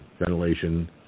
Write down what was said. ventilation